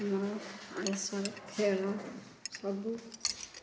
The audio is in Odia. ଆମର ଆସ ଖେଳ ସବୁ